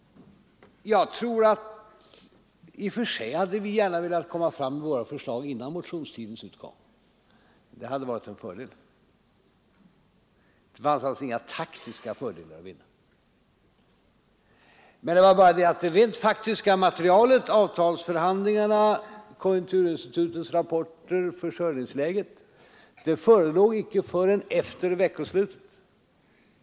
I och för sig hade vi gärna velat framlägga våra förslag före motionstidens utgång. Det hade varit en fördel. Inga taktiska vinster kunde göras. Men det rent faktiska materialet — resultatet av avtalsförhandlingarna samt konjunkturinstitutets rapporter och redovisningen av försörjningsläget — förelåg inte förrän efter veckoslutet.